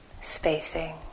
spacing